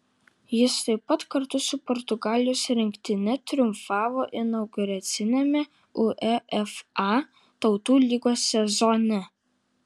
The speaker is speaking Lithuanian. jis taip pat kartu su portugalijos rinktine triumfavo inauguraciniame uefa tautų lygos sezone